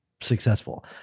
successful